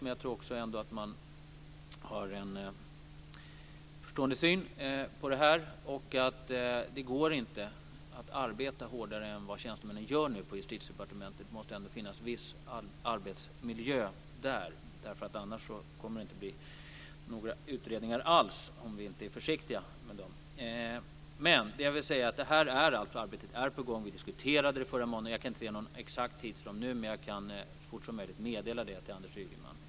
Men jag tror ändå att man har en förstående syn på detta, för det går inte att arbeta hårdare än vad tjänstemännen gör nu i Justitiedepartementet. Det måste ändå finnas en viss arbetsmiljö där, för om vi inte är försiktiga med tjänstemännen kommer det inte att bli några utredningar alls. Men det här arbetet är på gång. Vi diskuterade det förra måndagen. Jag kan inte ange någon exakt tidsram nu, men jag kan så fort som möjligt meddela den till Anders Ygeman.